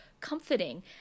comforting